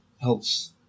helps